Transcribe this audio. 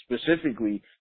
specifically